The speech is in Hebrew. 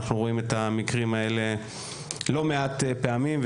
אנחנו רואים את המקרים האלה לא מעט פעמים.